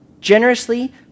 generously